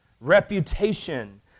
reputation